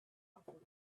awfully